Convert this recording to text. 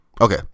Okay